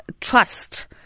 trust